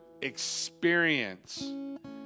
experience